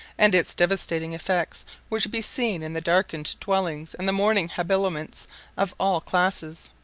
and its devastating effects were to be seen in the darkened dwellings and the mourning habiliments of all classes.